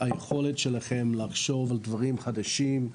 היכולת שלכם לחשוב על דברים חדשים,